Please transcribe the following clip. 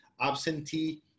absentee